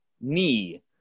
knee